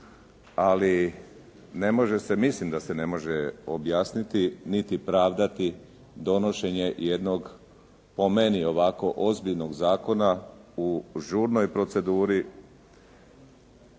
ali ne može se, mislim da se ne može objasniti niti pravdati donošenje jednog po meni ovako ozbiljnog zakona u žurnoj proceduri